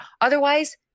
Otherwise